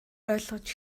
ойлгож